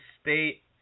State